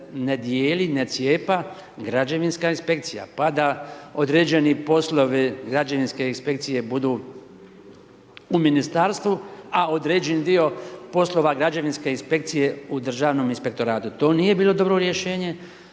ne dijeli, ne cijepa građevinska inspekcija, pa da određeni poslovi građevinske inspekcije budu u Ministarstvu, a određeni dio poslova građevinske inspekcije u Državnom inspektoratu. To nije bilo dobro rješenje,